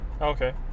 Okay